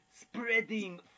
spreading